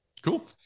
cool